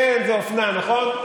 כן, זה אופנה, נכון?